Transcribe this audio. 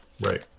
Right